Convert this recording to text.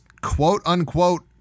quote-unquote